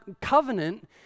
covenant